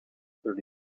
thirty